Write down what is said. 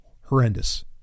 horrendous